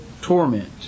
torment